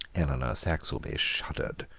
eleanor saxelby shuddered.